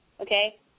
okay